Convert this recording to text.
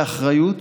באחריות,